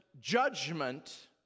judgment